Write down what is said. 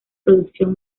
producción